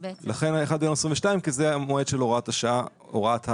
לכן ה-1 בינואר 2022 כי זה המועד של הוראת השעה הקודמת.